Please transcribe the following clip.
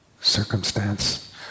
circumstance